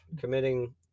committing